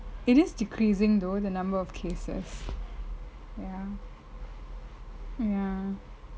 it is decreasing though the number of cases ya